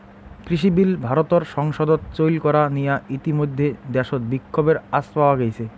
কৃষিবিল ভারতর সংসদত চৈল করা নিয়া ইতিমইধ্যে দ্যাশত বিক্ষোভের আঁচ পাওয়া গেইছে